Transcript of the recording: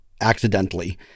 accidentally